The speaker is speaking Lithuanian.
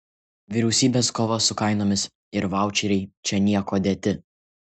vyriausybės kova su kainomis ir vaučeriai čia niekuo dėti